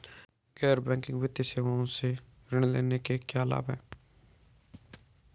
गैर बैंकिंग वित्तीय सेवाओं से ऋण लेने के क्या लाभ हैं?